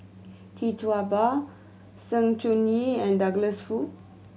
Tee Tua Ba Sng Choon Yee and Douglas Foo